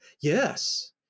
Yes